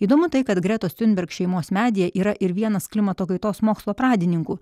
įdomu tai kad gretos tiunberg šeimos medyje yra ir vienas klimato kaitos mokslo pradininkų